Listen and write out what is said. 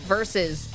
versus